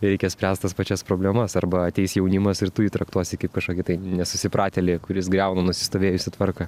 reikia spręst tas pačias problemas arba ateis jaunimas ir tu jį traktuosi kaip kažkokį tai nesusipratėlį kuris griauna nusistovėjusią tvarką